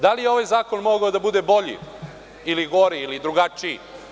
Da li je ovaj zakon mogao da bude bolji ili gori, ili drugačiji?